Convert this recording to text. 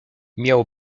miał